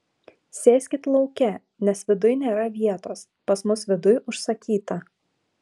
sėskit lauke nes viduj nėra vietos pas mus viduj užsakyta